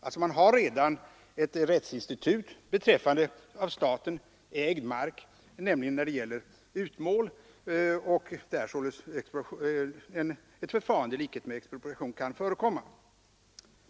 Det finns redan ett rättsinstitut beträffande av staten ägd mark, nämligen när det gäller utmål, där således ett förfarande i likhet med expropriation kan förekomma.